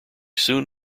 soon